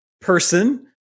person